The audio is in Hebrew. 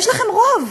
יש לכם רוב.